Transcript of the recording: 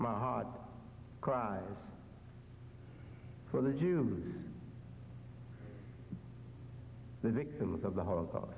my heart cries for the jews the victims of the holocaust